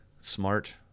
smart